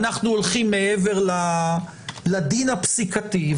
אנחנו הולכים מעבר לדין הפסיקתי,